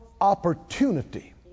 opportunity